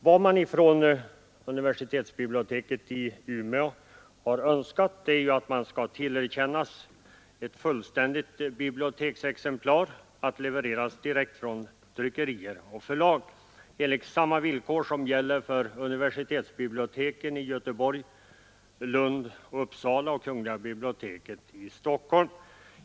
Vad man från universitetsbiblioteket i Umeå önskat är att man skall tillerkännas ett fullständigt biblioteksexemplar att levereras direkt från tryckerier och förlag enligt samma villkor som gäller för universitetsbiblioteken i Göteborg, Lund och Uppsala och för kungl. biblioteket i Stockholm.